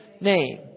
name